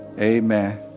amen